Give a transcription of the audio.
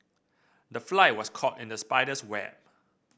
the fly was caught in the spider's web